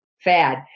fad